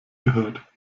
gehört